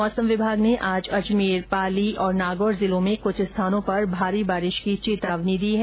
मौसम विभाग ने आज अजमेर पाली और नागौर जिलों में कुछ स्थानों पर भारी बारिश की चेतावनी दी है